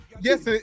yes